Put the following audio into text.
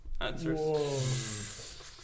answers